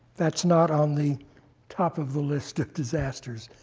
that's not on the top of the list of disasters.